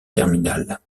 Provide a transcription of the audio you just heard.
terminales